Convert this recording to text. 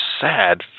sad